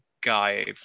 guy